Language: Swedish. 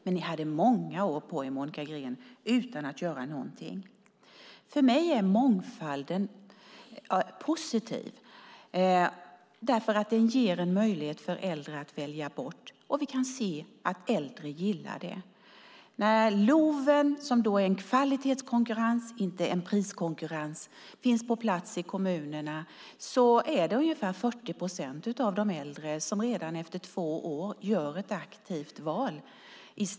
Men ni hade många år på er, Monica Green, utan att göra någonting. För mig är mångfalden positiv, för den ger äldre möjlighet att välja bort. Vi kan se att äldre gillar det. När LOV, som är en kvalitetskonkurrens, inte en priskonkurrens, finns på plats i kommunerna är det i snitt 40 procent av de äldre som redan efter två år gör ett aktivt val.